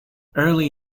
early